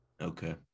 Okay